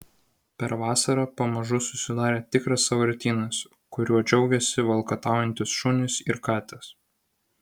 per vasarą pamažu susidarė tikras sąvartynas kuriuo džiaugėsi valkataujantys šunys ir katės